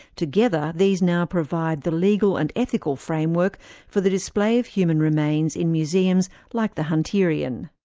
together these now provide the legal and ethical framework for the display of human remains in museums like the hunterian.